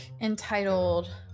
entitled